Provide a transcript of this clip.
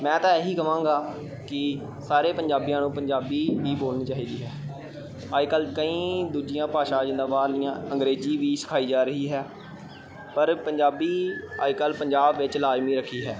ਮੈਂ ਤਾਂ ਇਹੀ ਕਵਾਂਗਾ ਕਿ ਸਾਰੇ ਪੰਜਾਬੀਆਂ ਨੂੰ ਪੰਜਾਬੀ ਹੀ ਬੋਲਣੀ ਚਾਹੀਦੀ ਹੈ ਅੱਜ ਕੱਲ੍ਹ ਕਈ ਦੂਜੀਆਂ ਭਾਸ਼ਾ ਜਿੱਦਾਂ ਬਾਹਰਲੀਆਂ ਅੰਗਰੇਜ਼ੀ ਵੀ ਸਿਖਾਈ ਜਾ ਰਹੀ ਹੈ ਪਰ ਪੰਜਾਬੀ ਅੱਜ ਕੱਲ੍ਹ ਪੰਜਾਬ ਵਿੱਚ ਲਾਜ਼ਮੀ ਰੱਖੀ ਹੈ